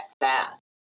fast